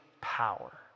power